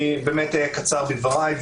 אני באמת אהיה קצר בדבריי.